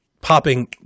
popping